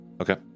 Okay